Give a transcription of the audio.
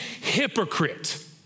hypocrite